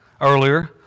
earlier